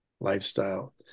lifestyle